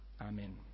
Amen